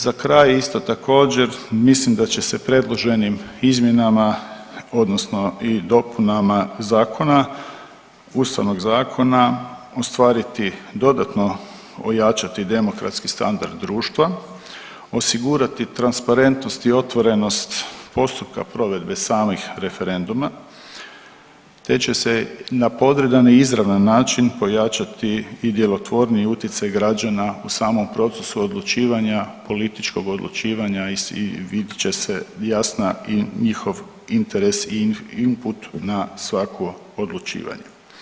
Za kraj isto također mislim da će se predloženim izmjenama odnosno i dopunama zakona, Ustavnog zakona, ostvariti i dodatno ojačati demokratski standard društva, osigurati transparentnost i otvorenost postupka provedbe samih referenduma, te će se na podredan i izravan način pojačati i djelotvorniji utjecaj građana u samom procesu odlučivanja, političkog odlučivanja i vidit će se jasna i njihov interes i input na svako odlučivanje.